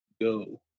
go